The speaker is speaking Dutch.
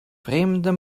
vreemde